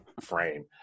frame